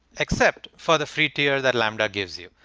except for the free tier that lambda gives you.